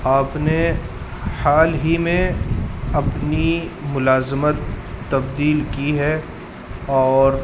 آپ نے حال ہی میں اپنی ملازمت تبدیل کی ہے اور